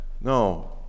No